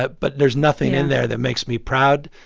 but but there's nothing in there that makes me proud.